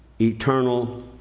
Eternal